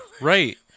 Right